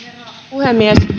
puhemies